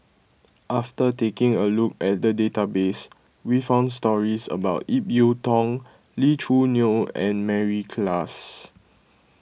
after taking a look at the database we found stories about Ip Yiu Tung Lee Choo Neo and Mary Klass